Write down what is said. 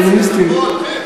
קומוניסטים.